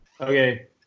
Okay